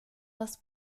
das